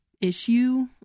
issue